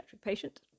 patient